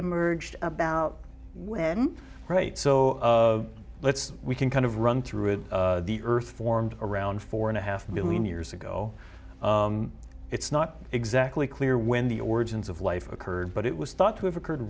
emerged about when right so let's we can kind of run through the earth formed around four and a half million years ago it's not exactly clear when the origins of life occurred but it was thought to have occurred